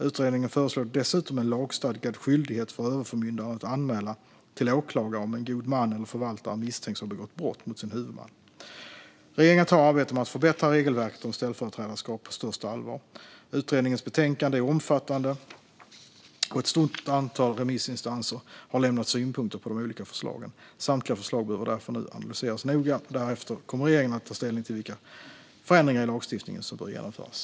Utredningen föreslår dessutom en lagstadgad skyldighet för överförmyndaren att anmäla till åklagare om en god man eller förvaltare misstänks ha begått brott mot sin huvudman. Regeringen tar arbetet med att förbättra regelverket om ställföreträdarskap på största allvar. Utredningens betänkande är omfattande, och ett stort antal remissinstanser har lämnat synpunkter på de många olika förslagen. Samtliga förslag behöver därför nu analyseras noga. Därefter kommer regeringen att ta ställning till vilka förändringar i lagstiftningen som bör genomföras.